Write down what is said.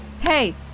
Hey